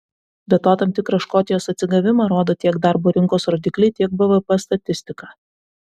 be to tam tikrą škotijos atsigavimą rodo tiek darbo rinkos rodikliai tiek bvp statistika